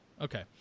Okay